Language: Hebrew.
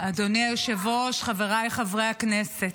אדוני היושב-ראש, חבריי חברי הכנסת,